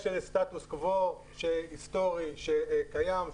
יש סטטוס קוו היסטורי שקיים,